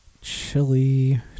chili